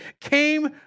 came